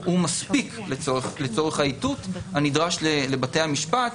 הוא מספיק לצורך האיתות הנדרש לבתי המשפט